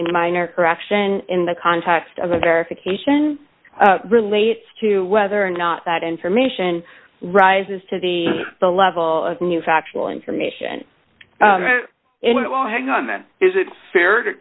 a minor correction in the context of a verification relates to whether or not that information rises to the the level of new factual information it will hang on then is it fair to